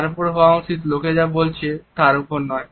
তার ওপর হওয়া উচিত লোকে যা বলছে তার ওপর নয়